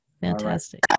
fantastic